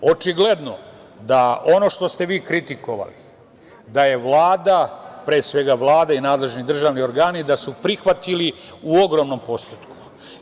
Očigledno je da ono što ste vi kritikovali da su, pre svega, Vlada i nadležni državni organi prihvatili u ogromnom postotku.